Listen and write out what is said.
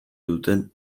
duten